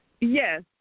Yes